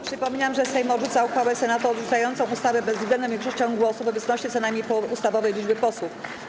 Przypominam, że Sejm odrzuca uchwałę Senatu odrzucającą ustawę bezwzględną większością głosów w obecności co najmniej połowy ustawowej liczby posłów.